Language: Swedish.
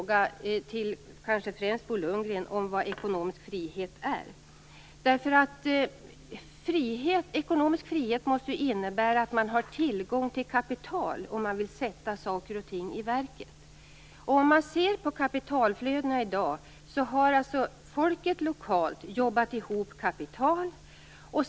Lundgren, om vad ekonomisk frihet är. Ekonomisk frihet måste ju innebära att man har tillgång till kapital om man vill sätta saker och ting i verket. Om man ser på dagens kapitalflöden har först folket lokalt jobbat ihop kapital.